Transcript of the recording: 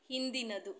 ಹಿಂದಿನದು